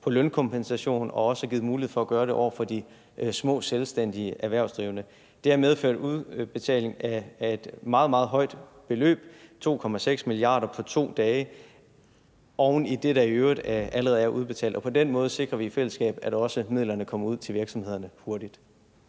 af lønkompensation og også har givet mulighed for at gøre det over for de små selvstændige erhvervsdrivende. Det har medført udbetaling af et meget, meget højt beløb, 2,6 mia. kr. på 2 dage, oven i det, der i øvrigt allerede er udbetalt. Og på den måde sikrer vi i fællesskab, at midlerne også kommer ud til virksomhederne hurtigt.